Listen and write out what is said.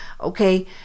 okay